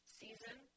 season